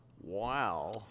Wow